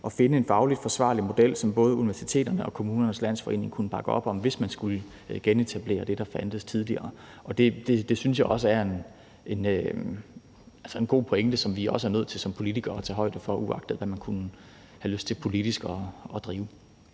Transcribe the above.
at finde en fagligt forsvarlig model, som både universiteterne og Kommunernes Landsforening kunne bakke op om, hvis man skulle genetablere det, der fandtes tidligere. Det synes jeg også er en god pointe, som vi er nødt til som politikere at tage højde for, uagtet hvad man kunne have lyst til politisk at gøre.